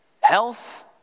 health